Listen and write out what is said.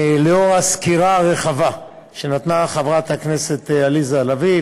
לאור הסקירה הרחבה שנתנה חברת הכנסת עליזה לביא,